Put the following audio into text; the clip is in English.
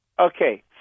Okay